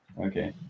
Okay